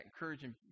encouraging